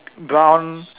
brown